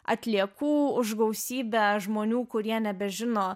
atliekų už gausybę žmonių kurie nebežino